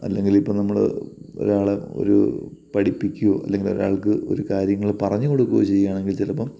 അല്ലങ്കിലിപ്പം നമ്മൾ ഒരാളെ ഒരു പഠിപ്പിക്കുകയോ അല്ലെങ്കിൽ ഒരാൾക്ക് ഒരു കാര്യങ്ങൾ പറഞ്ഞ് കൊടുക്കുകയോ ചെയ്യണമെങ്കിൽ ചിലപ്പം